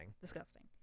Disgusting